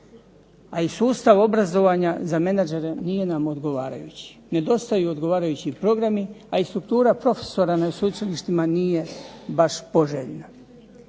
A i sustav obrazovanja za menadžere nije nam odgovarajući. Nedostaju odgovarajući programi, a i struktura profesora na sveučilištima nije baš poželjna.